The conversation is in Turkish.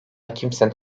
kimsenin